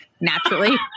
Naturally